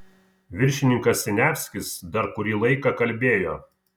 viršininkas siniavskis dar kurį laiką kalbėjo